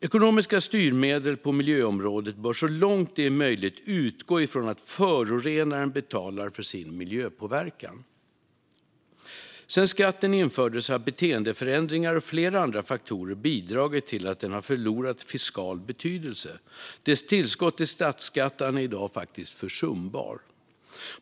Ekonomiska styrmedel på miljöområdet bör så långt det är möjligt utgå ifrån att förorenaren betalar för sin miljöpåverkan. Sedan skatten infördes har beteendeförändringar och flera andra faktorer bidragit till att den har förlorat fiskal betydelse. Dess tillskott till statskassan är i dag försumbar.